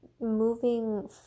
moving